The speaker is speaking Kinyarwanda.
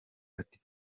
ati